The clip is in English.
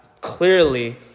clearly